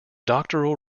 doctoral